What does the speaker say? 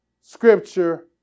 scripture